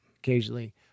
Occasionally